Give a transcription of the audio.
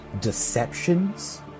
deceptions